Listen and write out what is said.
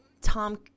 Tom